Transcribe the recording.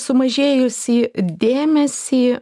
sumažėjusį dėmesį